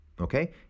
okay